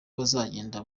bazagenda